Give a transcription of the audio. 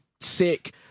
sick